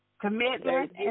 commitment